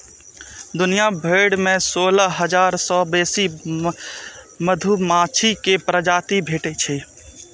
दुनिया भरि मे सोलह हजार सं बेसी मधुमाछी के प्रजाति भेटै छै